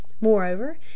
moreover